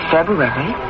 February